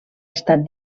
estat